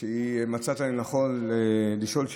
מצאת לנכון לשאול